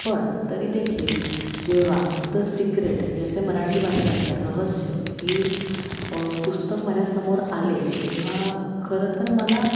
पण तरी देखील जेव्हा द सिक्रेट याचे मराठी भाषांतर रहस्य ही पुस्तक माझ्यासमोर आले तेव्हा खरंतर मला